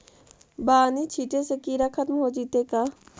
बानि छिटे से किड़ा खत्म हो जितै का?